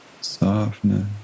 softness